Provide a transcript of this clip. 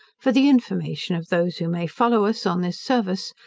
for the information of those who may follow us on this service,